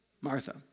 Martha